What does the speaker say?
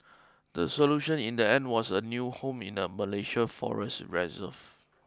the solution in the end was a new home in a Malaysia forest reserve